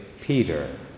Peter